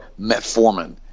metformin